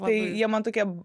tai jie man tokie